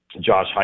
Josh